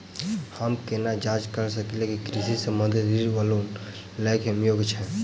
हम केना जाँच करऽ सकलिये की कृषि संबंधी ऋण वा लोन लय केँ हम योग्य छीयै?